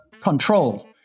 control